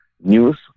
news